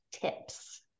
tips